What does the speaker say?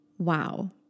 wow